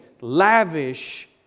lavish